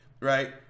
right